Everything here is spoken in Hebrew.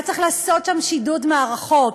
היה צריך לעשות שם שידוד מערכות,